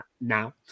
now